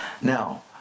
Now